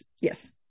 yes